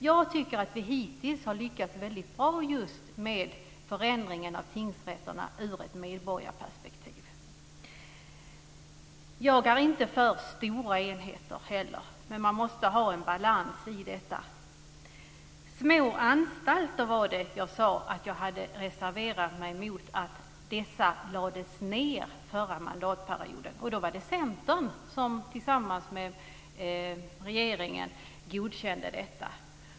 Jag tycker att vi hittills har lyckats väldigt bra just med förändringen av tingsrätterna ur ett medborgarperspektiv. Jag är heller inte för stora enheter. Men man måste ha en balans i det. Det jag sade var att jag reserverat mig mot att små anstalter lades ned förra mandatperioden. Det var Centern som tillsammans med regeringen godkände detta.